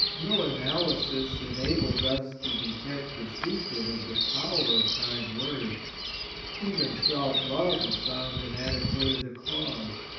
no analysis enables us to detect the secret of the power of kind words even self-love is found inadequate as a cause.